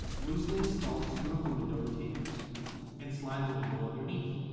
loosely install two of the window retainers and slide the window underneath